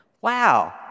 Wow